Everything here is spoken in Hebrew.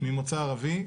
ממוצא ערבי.